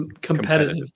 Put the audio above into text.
competitive